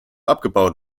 abgebaut